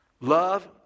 Love